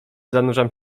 zanurzam